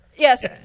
Yes